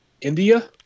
India